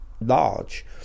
large